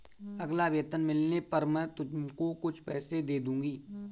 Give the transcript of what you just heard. अगला वेतन मिलने पर मैं तुमको कुछ पैसे दे दूँगी